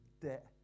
debt